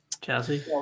Chelsea